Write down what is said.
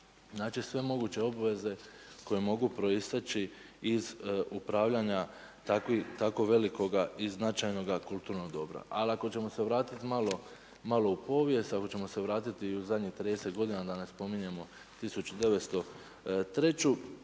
Znači sve moguće obveze koje mogu proisteći iz upravljanja tako velikoga i značajnoga kulturnog dobra. Ali ako ćemo se vratit malo u povijest, ako ćemo se vratiti u zadnjih 30 godina, da ne spominjemo 1903.